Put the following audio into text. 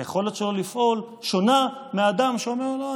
היכולת שלו לפעול שונה מאדם שאומר: לא,